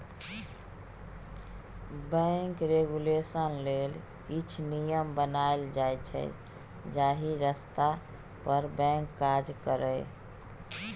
bank regulation लेल किछ नियम बनाएल जाइ छै जाहि रस्ता पर बैंक काज करय